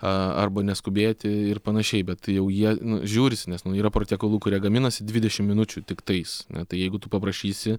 a arba neskubėti ir panašiai bet tai jau jie žiūrisi nes nu yra pratiekalų kurie gaminasi dvidešim minučių tiktais na tai jeigu tu paprašysi